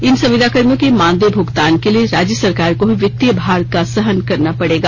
इन संविदाकर्मियों के मानदेय भुगतान के लिए राज्य सरकार को ही वित्तीय भार का सहन करना पड़ेगा